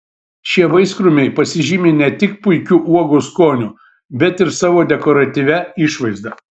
šie vaiskrūmiai pasižymi ne tik puikiu uogų skoniu bet ir savo dekoratyvia išvaizda